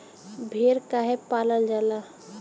भेड़ काहे पालल जाला?